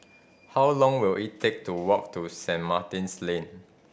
how long will it take to walk to Saint Martin's Lane